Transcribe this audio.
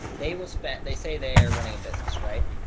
they will spend, they say they are running a business, right?